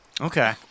Okay